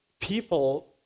People